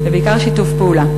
ובעיקר שיתוף פעולה,